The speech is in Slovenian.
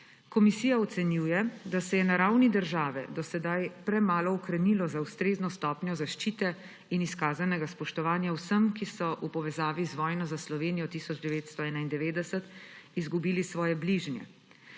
Komisija ocenjuje, da se je na ravni države do sedaj premalo ukrenilo za ustrezno stopnjo zaščite in izkazanega spoštovanja vsem, ki so v povezavi z vojno za Slovenijo 1991 izgubili svoje bližnje,